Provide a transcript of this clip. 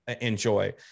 enjoy